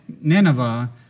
Nineveh